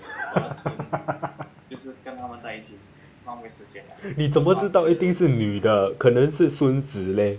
你怎么知道一定是女的可能是孙子咧